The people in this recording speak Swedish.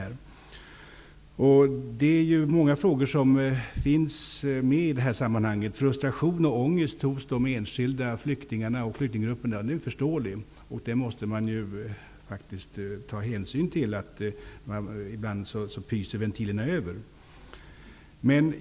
Många olika aspekter finns med i sammanhanget. Det är förståeligt att de enskilda flyktingarna och flyktinggrupperna känner frustration och ångest. Man måste ta hänsyn till att det ibland t.o.m. pyser över.